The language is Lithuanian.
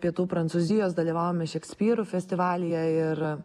pietų prancūzijos dalyvavome šekspyrų festivalyje ir